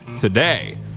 Today